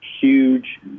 huge